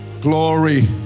glory